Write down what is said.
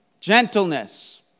gentleness